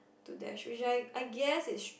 to Dash which I I guess it~